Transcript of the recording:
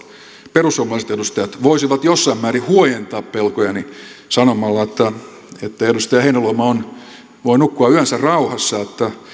perussuomalaiset edustajat voisivat jossain määrin huojentaa pelkojani sanomalla että edustaja heinäluoma voi nukkua yönsä rauhassa että